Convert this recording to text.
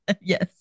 Yes